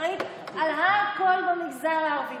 שאחראית לכול במגזר הערבי?